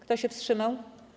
Kto się wstrzymał?